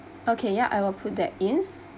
okay ya I will put that in